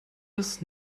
his